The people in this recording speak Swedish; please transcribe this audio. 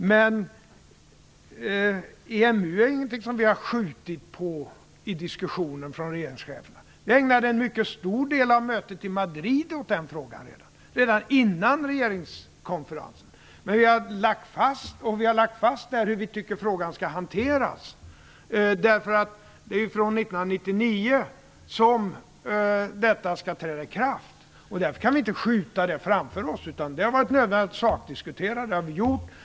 Regeringscheferna har inte skjutit på diskussionen om EMU. Vi ägnade en mycket stor del av mötet i Madrid åt den frågan, redan innan regeringskonferensen. Vi har lagt fast hur vi tycker att frågan skall hanteras. Det är ju från 1999 som EMU skall träda i kraft, och därför kan vi inte skjuta diskussionen framför oss. Det har varit nödvändigt att sakdiskutera. Det har vi gjort.